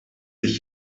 sich